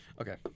Okay